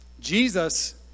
Jesus